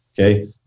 Okay